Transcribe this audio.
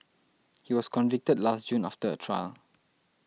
he was convicted last June after a trial